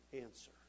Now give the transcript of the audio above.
answer